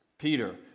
Peter